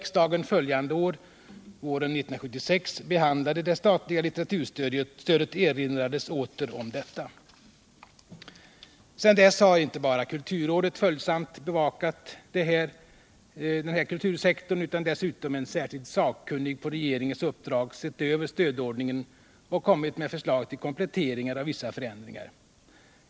Sedan dess har inte bara kulturrådet följsamt bevakat denna kultursektor, utan dessutom har en särskild sakkunnig på regeringens uppdrag sett över stödordningen och kommit med förslag till kompletteringar och vissa förändringar.